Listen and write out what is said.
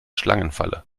schlangenfalle